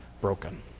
broken